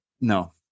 no